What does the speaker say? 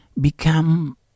become